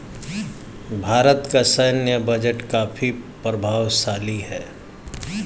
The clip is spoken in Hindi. भारत का सैन्य बजट काफी प्रभावशाली है